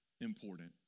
important